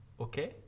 Okay